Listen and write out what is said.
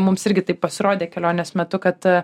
mums irgi taip pasirodė kelionės metu kad